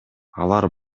алар